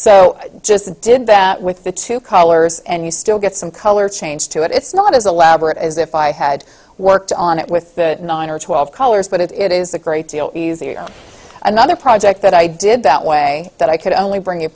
so just did that with the two colors and you still get some color change to it it's not as elaborate as if i had worked on it with nine or twelve colors but it is a great deal easier another project that i did that way that i could only bring your